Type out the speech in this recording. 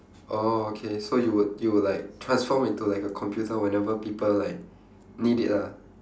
oh okay so you would you would like transform into like a computer whenever people like need it lah